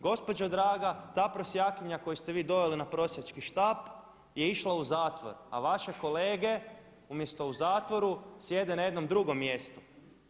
Gospođo draga ta prosjakinja koju ste vi doveli na prosjački štap je išla u zatvor, a vaše kolege umjesto u zatvoru sjede na jednom drugom mjestu.